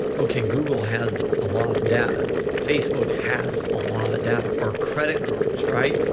okay, google has a lot of data. facebook has a lot of data or credit cards, right?